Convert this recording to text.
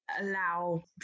allow